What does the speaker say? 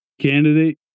candidate